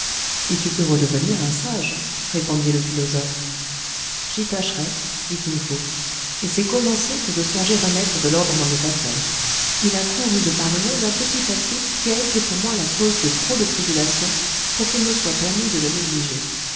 et tu peux redevenir un sage répondit le philosophe j'y tâcherai dit kin fo et c'est commencer que de songer à mettre de l'ordre dans mes affaires il a couru de par le monde un petit papier qui a été pour moi la cause de trop de tribulations pour qu'il me soit permis de le négliger